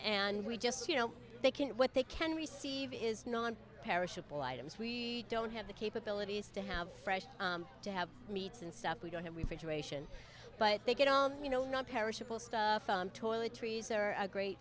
and we just you know they can what they can receive is non perishable items we don't have the capabilities to have fresh to have meats and stuff we don't have refrigeration but they get all you know not perishable stuff and toiletries are a great